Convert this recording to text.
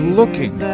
looking